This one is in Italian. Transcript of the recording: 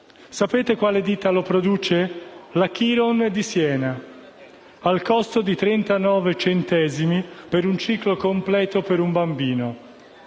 Sapete quale ditta lo produce? La Chiron di Siena, al costo di 39 centesimi per un ciclo completo per un bambino.